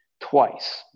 twice